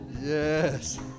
Yes